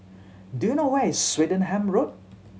do you know where is Swettenham Road